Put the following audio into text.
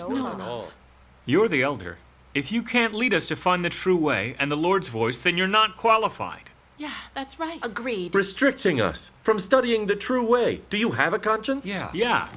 elder if you can't lead us to find the true way and the lord's voice thing you're not qualified yeah that's right agreed restricting us from studying the true way do you have a conscience yeah yeah